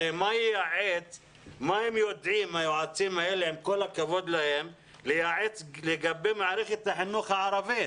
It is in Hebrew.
הרי מה היועצים האלה יודעים לייעץ לגבי מערכת החינוך הערבית?